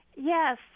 yes